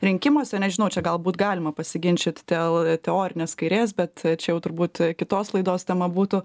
rinkimuose nežinau čia galbūt galima pasiginčyt dėl teorinės kairės bet čia jau turbūt kitos laidos tema būtų